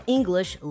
English